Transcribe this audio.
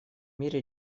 мире